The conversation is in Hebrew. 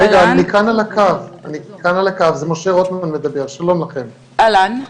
אני רוצה לדבר על התמודדות במשך 19 שנים עם תחלופה בלתי נלאית